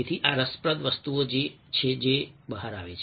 તેથી આ રસપ્રદ વસ્તુઓ છે જે બહાર આવે છે